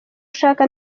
ushaka